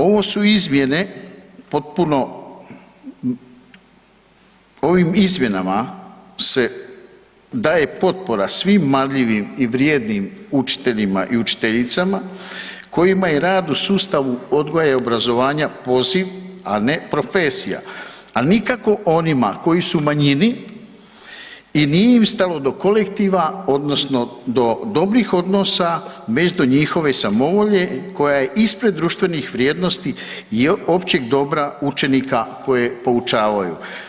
Ovo su izmjene potpuno, ovim izmjenama se daje potpora svim marljivim i vrijednim učiteljima i učiteljicama kojima je rad u sustavu odgoja i obrazovanja poziv, a ne profesija, a nikako onima koji su u manjini i nije im stalo do kolektiva odnosno do dobrih odnosa … [[Govornik se ne razumije]] njihove samovolje koja je ispred društvenih vrijednosti i općeg dobra učenika koje poučavaju.